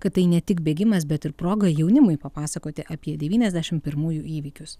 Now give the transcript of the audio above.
kad tai ne tik bėgimas bet ir proga jaunimui papasakoti apie devyniasdešim pirmųjų įvykius